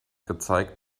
gezeigt